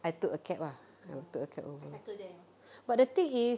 I took a cab ah I took a cab over but the thing is